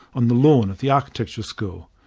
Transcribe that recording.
on the lawn of the architecture school.